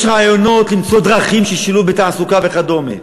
יש רעיונות למצוא דרכים לשילוב בתעסוקה וכדומה.